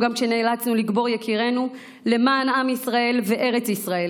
גם כשנאלצנו לקבור את יקירינו למען עם ישראל וארץ ישראל.